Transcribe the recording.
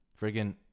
freaking